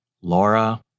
Laura